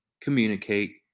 communicate